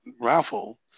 raffle